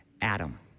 Adam